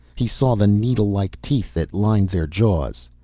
he saw the needlelike teeth that lined their jaws.